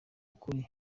ukuri